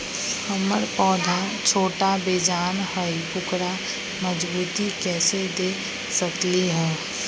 हमर पौधा छोटा बेजान हई उकरा मजबूती कैसे दे सकली ह?